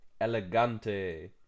Elegante